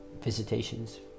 Visitations